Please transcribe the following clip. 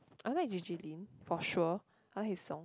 I like J_J-Lin for sure I like his songs